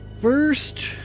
first